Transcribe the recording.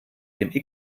dem